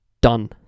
Done